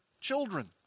children